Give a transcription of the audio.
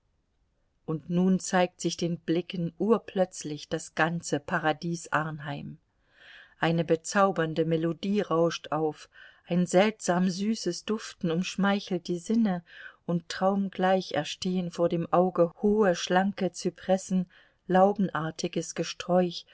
und nun zeigt sich den blicken urplötzlich das ganze paradies arnheim eine bezaubernde melodie rauscht auf ein seltsam süßes duften umschmeichelt die sinne und traumgleich erstehen vor dem auge hohe schlanke zypressen laubenartiges gesträuch